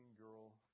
girl